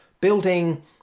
building